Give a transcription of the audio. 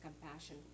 compassion